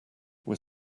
were